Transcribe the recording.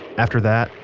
after that,